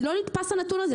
לא נתפס הנתון הזה.